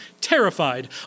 terrified